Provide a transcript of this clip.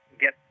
get